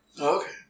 Okay